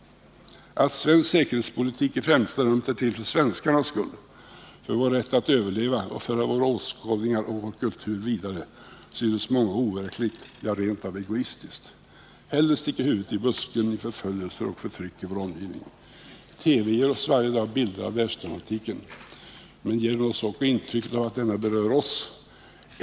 Att svensk säkerhetspolitik i främsta rummet är till för svenskarnas skull, för vår rätt att överleva och föra våra åskådningar och kultur vidare, synes många overkligt, ja, rent av egoistiskt — hellre sticker man huvudet i busken inför förföljelser och förtryck i vår omgivning. TV ger oss varje dag bilder av världsdramatiken — men ger den oss också intryck av att denna berör oss?